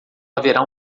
haverá